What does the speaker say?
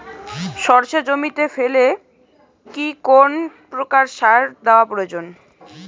সর্ষে জমিতে ফেলে কি কোন প্রকার সার দেওয়া প্রয়োজন?